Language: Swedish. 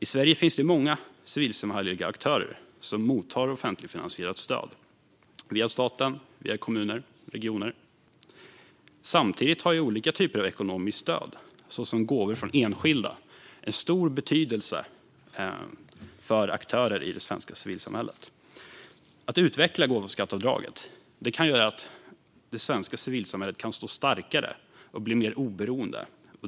I Sverige finns det många civilsamhälleliga aktörer som mottar offentligfinansierat stöd via staten, via kommuner och via regioner. Samtidigt har olika typer av ekonomiskt stöd såsom gåvor från enskilda stor betydelse för aktörer i det svenska civilsamhället. Att utveckla gåvoskatteavdraget kan göra att det svenska civilsamhället kan stå starkare och bli mer oberoende.